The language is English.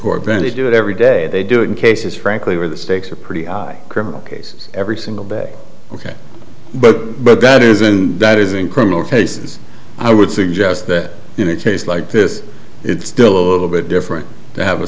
court then to do it every day they do it in cases frankly where the stakes are pretty high criminal cases every single day ok but but that isn't that is in criminal cases i would suggest that you know a case like this it's still a little bit different to have a